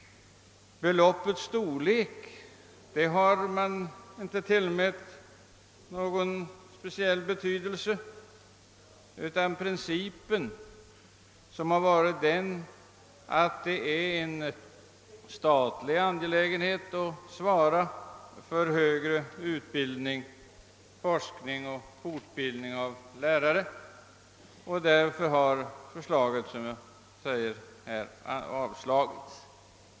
Beloppets storlek har man inte tillmätt någon speciell betydelse, men man har hävdat principen att det är en statlig angelägenhet att svara för högre utbildning, forskning och fortbildning av lärare, och därför har man alltså förkastat förslaget.